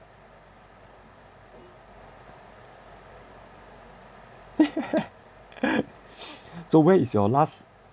so where is your last